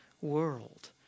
world